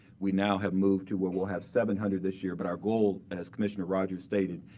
we now have moved to where we'll have seven hundred this year. but our goal, as commissioner rodgers stated,